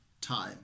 time